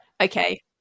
okay